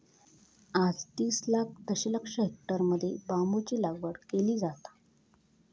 आज तीस लाख दशलक्ष हेक्टरमध्ये बांबूची लागवड केली जाता